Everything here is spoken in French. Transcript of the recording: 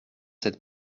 cette